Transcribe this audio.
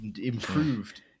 improved